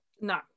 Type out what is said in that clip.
No